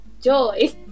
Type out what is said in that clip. joy